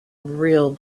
real